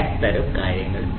DAC തരം കാര്യങ്ങൾ